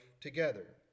together